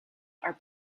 are